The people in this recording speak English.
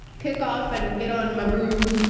kick off and get on my broom,